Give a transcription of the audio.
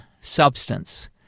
substance